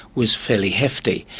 was fairly hefty.